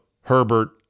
Herbert